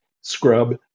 scrub